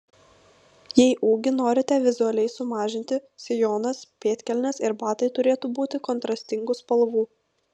jei ūgį norite vizualiai sumažinti sijonas pėdkelnės ir batai turėtų būti kontrastingų spalvų